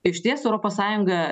išties europos sąjunga